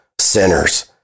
sinners